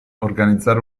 organizzare